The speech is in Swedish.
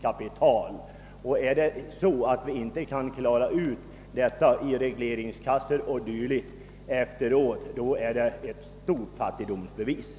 Om inte ojämnheter i skördeutfallet efteråt kan klaras upp genom regleringskassor o. d. är det ett stort fattigdomsbevis.